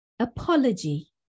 Apology